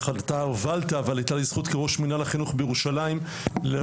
אתה הובלת אבל היתה לי זכות כראש מינהל החינוך בירושלים ליזום